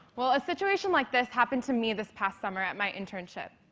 well, a situation like this happened to me this past summer at my internship.